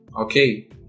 Okay